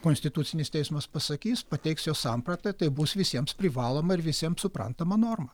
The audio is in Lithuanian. konstitucinis teismas pasakys pateiks jo sampratą tai bus visiems privaloma ir visiems suprantama norma